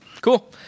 Cool